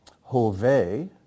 Hove